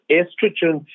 estrogen